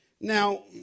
Now